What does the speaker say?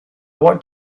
what